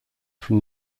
from